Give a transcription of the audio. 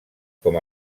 com